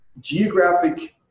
geographic